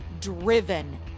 driven